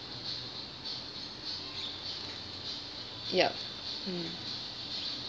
ya